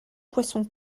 poisson